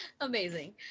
Amazing